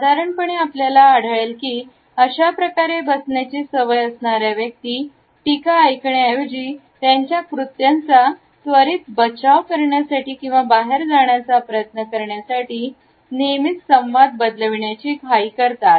साधारणपणे आपल्याला आढळेल की अशाप्रकारे बसण्याची सवय असणाऱ्या व्यक्ती टीका ऐकण्या एवजी त्यांच्या कृत्याचा त्वरित बचाव करण्यासाठी किंवा बाहेर जाण्याचा प्रयत्न करण्यासाठी नेहमीच संवाद बदलविण्याची घाई करतात